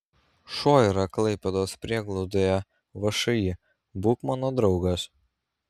šuo yra klaipėdos prieglaudoje všį būk mano draugas